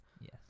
Yes